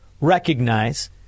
recognize